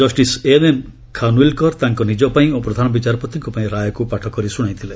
justice M M Khanwilkar ତାଙ୍କ ନିଜପାଇଁ ଓ ପ୍ରଧାନ ବିଚାରପତିଙ୍କ ପାଇଁ ରାୟକୁ ପାଠ କରି ଶୁଣାଇଥିଲେ